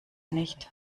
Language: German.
nicht